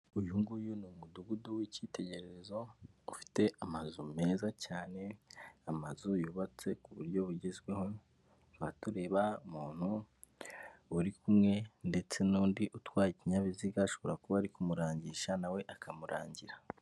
Uyu nguyu ni umudugudu w'icyitegererezo, ufite amazu meza cyane, amazu yubatse ku buryo bugezweho, kaba tureba umuntu uri kumwe ndetse n'undi utwaye ikinyabiziga, ashobora kuba ari kumurangisha, nawe akamurangira.